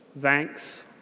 thanks